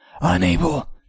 Unable